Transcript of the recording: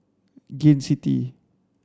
Gain City